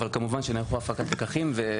אבל כמובן שנערכה הפקת לקחים,